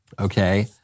okay